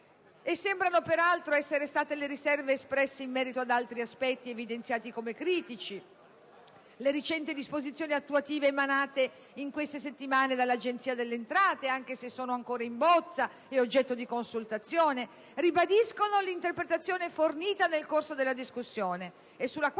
Sembrano peraltro essere state fugate le riserve espresse in merito ad altri aspetti evidenziati come critici. Le recenti disposizioni attuative emanate in queste settimane dall'Agenzia delle entrate (anche se ancora in bozza ed oggetto di consultazione) ribadiscono l'interpretazione fornita nel corso della discussione e sulla quale